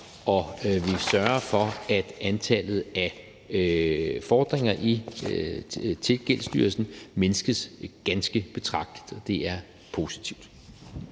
vi sørger for, at antallet af fordringer til Gældsstyrelsen mindskes ganske betragteligt. Det er positivt.